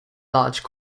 large